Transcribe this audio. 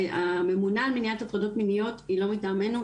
הממונה על מניעת הטרדות מיניות היא לא מטעמינו,